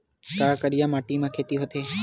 का करिया माटी म खेती होथे?